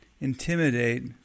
Intimidate